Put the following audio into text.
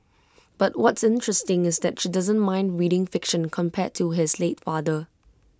but what's interesting is that she doesn't mind reading fiction compared to his late father